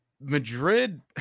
madrid